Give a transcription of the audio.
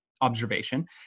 observation